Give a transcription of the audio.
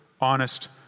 honest